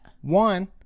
One